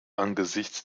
angesichts